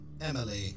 Emily